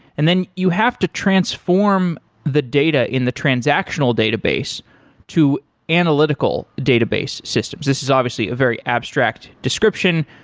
and then you have to transform the data in the transactional database to analytical database systems this is obviously a very abstract description.